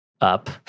up